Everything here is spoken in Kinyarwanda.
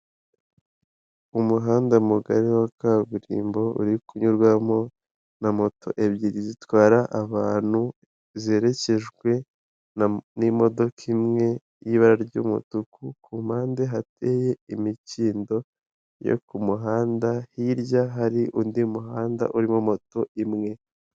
Umuhanda mugari wa kaburimbo, uri kunyurwamo na moto ebyiri zitwara abantu, ziherekejwe n'imodoka imwe y'ibara ry'umutuku, kumpande hateye imikindo yo ku muhanda, hirya hari undi muhanda urimo moto imwe.